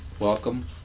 welcome